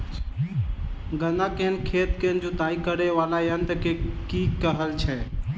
गन्ना केँ खेत केँ जुताई करै वला यंत्र केँ की कहय छै?